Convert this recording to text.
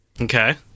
Okay